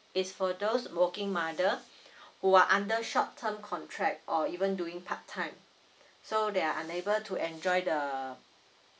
it's for those working mother who are under short term contract or even doing part time so they're unable to enjoy the